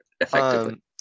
effectively